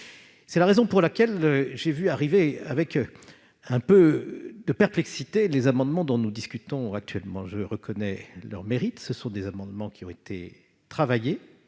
des situations. J'ai donc examiné avec un peu de perplexité les amendements dont nous discutons actuellement. Je reconnais leur mérite, ce sont des amendements qui ont été travaillés